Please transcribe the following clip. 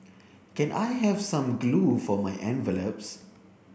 can I have some glue for my envelopes